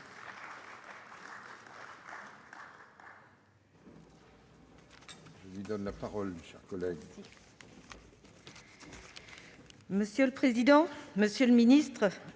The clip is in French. Monsieur le président, monsieur le ministre,